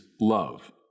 love